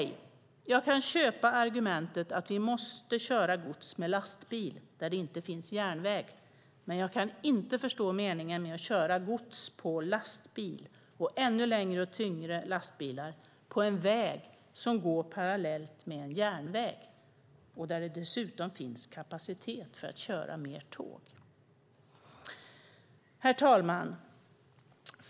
Jag kan köpa argumentet att vi måste köra gods med lastbil där det inte finns järnväg, men jag kan inte förstå meningen med att köra gods på lastbil, och ännu längre och tyngre lastbilar, på en väg som går parallellt med en järnväg där det dessutom finns kapacitet för att köra fler tåg. Herr talman!